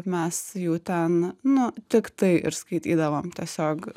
mes jų ten nu tik tai ir skaitydavom tiesiog